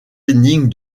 énigmes